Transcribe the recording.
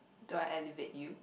do I elevate you